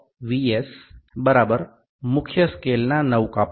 S મુખ્ય scale ના 9 કાપા ઓ M